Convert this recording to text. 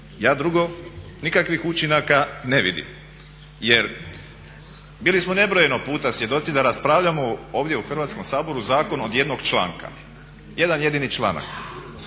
ja drugo nikakvih učinaka ne vidim. Jer bili smo nebrojeno puta svjedoci da raspravljamo ovdje u Hrvatskom saboru zakon od jednog članka, jedan jedini članak.